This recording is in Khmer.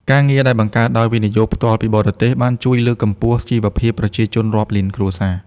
ការងារដែលបង្កើតដោយ វិនិយោគផ្ទាល់ពីបរទេស បានជួយលើកកម្ពស់ជីវភាពប្រជាជនរាប់លានគ្រួសារ។